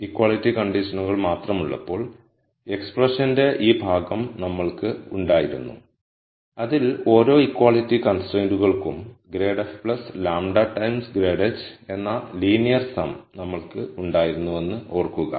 equality കണ്ടിഷനുകൾ മാത്രമുള്ളപ്പോൾ എക്സ്പ്രെശ്ശന്റെ ഈ ഭാഗം നമ്മൾക്ക് ഉണ്ടായിരുന്നു അതിൽ ഓരോ ഇക്വാളിറ്റി കൺസ്ട്രൈയ്ന്റുകൾക്കും ∇ λ ടൈംസ് ∇h എന്ന ലീനിയർ സം നമ്മൾക്ക് ഉണ്ടായിരുന്നുവെന്ന് ഓർക്കുക